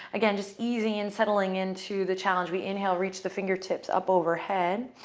again, just easing and settling into the challenge. we inhale, reach the fingertips up overhead.